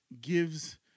gives